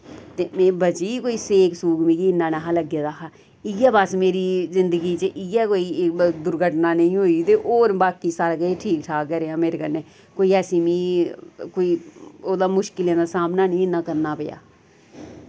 ते मैं बची गेई कोई सेक सूक मिकी इन्ना नेहा लग्गे दा हा इ'यै बस मेरी जिंगदी च इ'यै कोई दुर्घटना नेईं होई ते होर बाकी सारा किश ठीक ठाक गै रेहा मेरे कन्नै कोई ऐसी मी कोई ओह्दा मुश्किलें दा सामना नेईं इन्ना करना पेआ